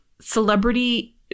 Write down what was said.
celebrity